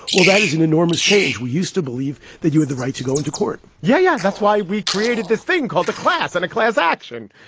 well, that is an enormous change. we used to believe that you had the right to go into court yeah. yeah. that's why we created this thing called a class and a class action.